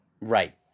Right